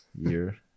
year